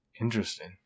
Interesting